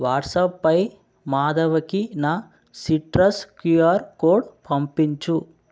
వాట్సాప్పై మాధవకి నా citrus QR code పంపించు